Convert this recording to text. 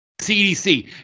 CDC